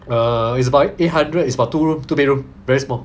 err it's about a hundred is about two room two bedroom very small